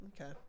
Okay